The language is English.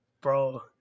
Bro